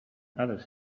others